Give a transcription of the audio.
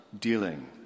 dealing